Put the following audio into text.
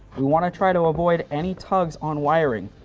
we want to try to avoid any tugs on wiring.